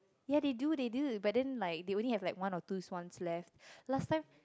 ya they do they do but then like they only like one or two swans left last time